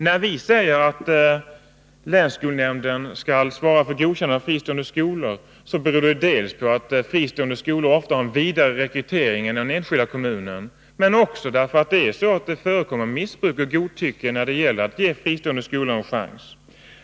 När vi säger att länsskolnämnden skall svara för godkännande av fristående skolor bygger vi det dels på att fristående skolor ofta har en vidare rekrytering än inom den enskilda kommunen, dels på att det förekommer missbruk och godtycke när det gäller att ge fristående skolor en chans.